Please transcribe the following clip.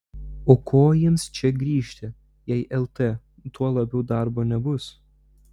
o ko jiems čia grįžti jei lt tuo labiau darbo nebus